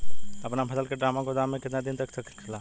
अपना फसल की ड्रामा गोदाम में कितना दिन तक रख सकीला?